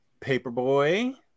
Paperboy